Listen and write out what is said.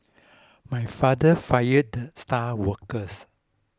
my father fired the star workers